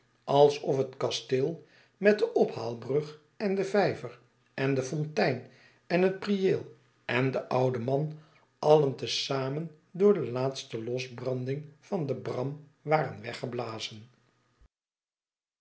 alsof het kasteel met de ophaalbrug en den vijver en de fontein en het prieel en denouden man alien te zamen door de laatste losbranding van den bram waren weggeblazen